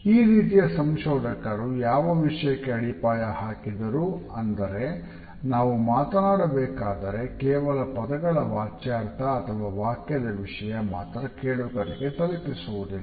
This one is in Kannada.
ಈ ರೀತಿಯ ಸಂಶೋಧಕರು ಯಾವ ವಿಷಯಕ್ಕೆ ಅಡಿಪಾಯ ಹಾಕಿದರೂ ಅಂದರೆ ನಾವು ಮಾತನಾಡಬೇಕಾದರೆ ಕೇವಲ ಪದಗಳ ವಾಚ್ಯಾರ್ಥ ಅಥವಾ ವಾಕ್ಯದ ವಿಷಯ ಮಾತ್ರ ಕೇಳುಗರಿಗೆ ತಲುಪಿಸುವುದಿಲ್ಲ